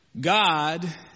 God